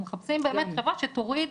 אנחנו מחפשים באמת, חברה שתוריד,